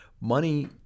money